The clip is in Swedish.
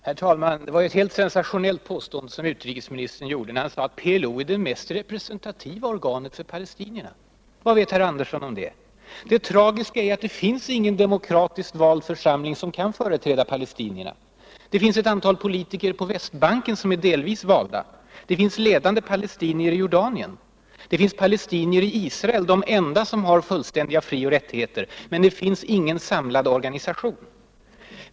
Herr talman! Det var ett helt sensationellt påstående som utrikesministern gjorde när han sade att PLO är det representativa organet för palestinierna. Vad vet herr Andersson om det? Det tragiska är att det inte finns någon demokratiskt vald församling som kan företräda palestinierna. Det finns ett antal politiker på Västbanken som är delvis valda. Det finns ledande palestinier i Jordanien. Och det finns palestinier i Israel, de enda som har fullständiga frioch rättigheter. Men det finns ingen samlad organisation.